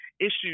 issues